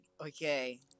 okay